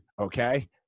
okay